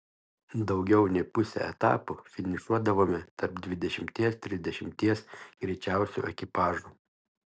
daugiau nei pusę etapų finišuodavome tarp dvidešimties trisdešimties greičiausių ekipažų